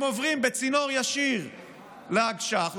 הם עוברים בצינור ישר לאגש"ח,